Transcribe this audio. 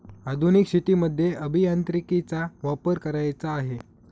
आधुनिक शेतीमध्ये अभियांत्रिकीचा वापर करायचा आहे